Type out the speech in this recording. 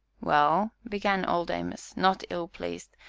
well, began old amos, not ill-pleased,